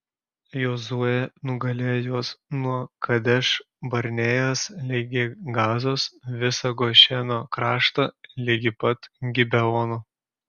jozuė nugalėjo juos nuo kadeš barnėjos ligi gazos visą gošeno kraštą ligi pat gibeono